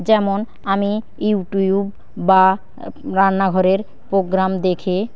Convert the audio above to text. যেমন আমি ইউটিউব বা রান্নাঘরের প্রোগ্রাম দেখে